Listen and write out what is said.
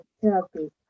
therapy